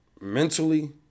mentally